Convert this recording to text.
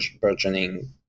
burgeoning